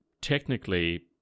technically